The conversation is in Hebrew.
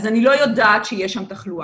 אז אני לא יודעת שיש שם תחלואה,